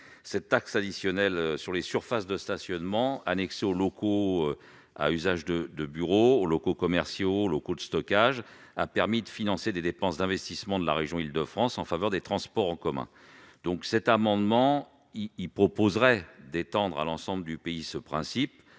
cette taxe additionnelle sur les surfaces de stationnement annexé aux locaux à usage de bureaux locaux commerciaux locaux de stockage a permis de financer des dépenses d'investissement de la région Île-de-France en faveur des transports en commun, donc cet amendement il proposerait d'étendre à l'ensemble du pays, ce principe,